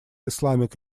islamic